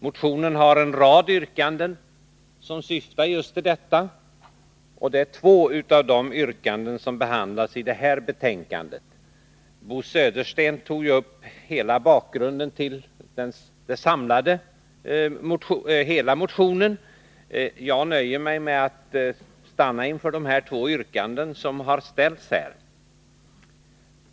Motionen har en rad yrkanden som syftar till en sådan förstärkning, och två utav dessa yrkanden behandlas i det här betänkandet. Bo Södersten tog upp bakgrunden till hela motionen, men jag nöjer mig med att stanna inför de två yrkanden som nu är aktuella.